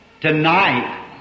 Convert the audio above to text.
tonight